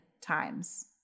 times